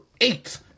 eight